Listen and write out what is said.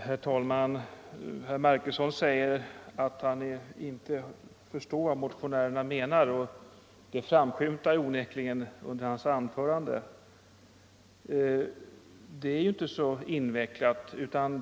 Herr talman! Herr Marcusson sade att han inte förstår vad motionärerna menar. Detta framskymtade onekligen också i hans anförande. Det är emellertid inte särskilt invecklat.